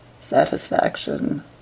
satisfaction